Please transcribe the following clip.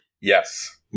yes